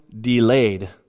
delayed